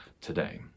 today